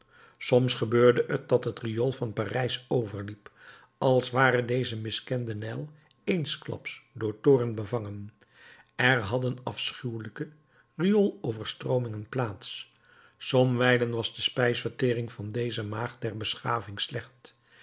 soms gebeurde het dat het riool van parijs overliep als ware deze miskende nijl eensklaps door toorn bevangen er hadden afschuwelijke riooloverstroomingen plaats somwijlen was de spijsvertering van deze maag der beschaving slecht